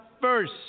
first